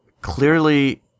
clearly